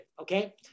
Okay